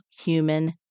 human